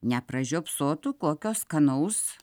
nepražiopsotų kokio skanaus